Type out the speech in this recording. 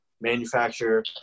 manufacture